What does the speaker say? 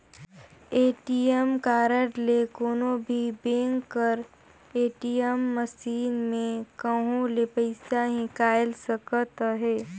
ATM card ले कोनो भी बेंक कर ए.टी.एम मसीन में कहों ले पइसा हिंकाएल सकत अहे